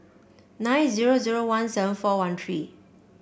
nine zero zero one seven four one three